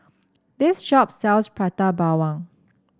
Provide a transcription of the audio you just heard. this shop sells Prata Bawang